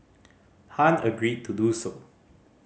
Han agreed to do so